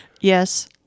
yes